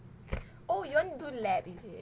oh you want do lab is it